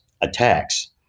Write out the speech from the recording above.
attacks